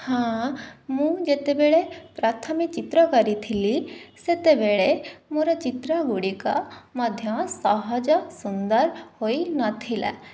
ହଁ ମୁଁ ଯେତେବେଳେ ପ୍ରଥମେ ଚିତ୍ର କରିଥିଲି ସେତେବେଳେ ମୋର ଚିତ୍ର ଗୁଡ଼ିକ ମଧ୍ୟ ସହଜ ସୁନ୍ଦର ହୋଇନଥିଲା